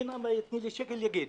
אם מישהו נתן לי שקל הוא יכול להגיד.